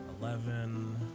eleven